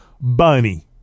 Bunny